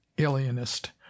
alienist